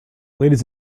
ladies